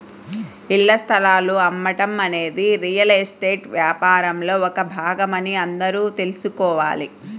ఇళ్ల స్థలాలు అమ్మటం అనేది రియల్ ఎస్టేట్ వ్యాపారంలో ఒక భాగమని అందరూ తెల్సుకోవాలి